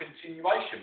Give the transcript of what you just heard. continuation